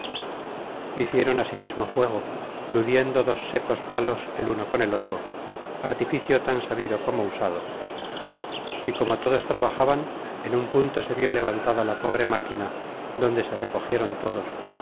hicieron asimismo fuego ludiendo dos secos palos el uno con el otro artificio tan sabido como usado y como todos trabajaban en un punto se vio levantada la pobre máquina donde se recogieron todos